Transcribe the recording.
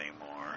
anymore